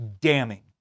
damning